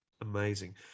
amazing